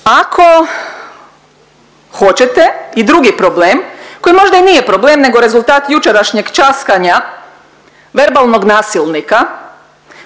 Ako hoćete i drugi problem koji možda i nije problem, nego rezultat jučerašnjeg časkanja verbalnog nasilnika